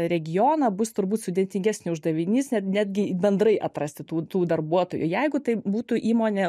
regioną bus turbūt sudėtingesnio uždavinys net netgi bendrai atrasti tų tų darbuotojų jeigu tai būtų įmonė